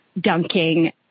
dunking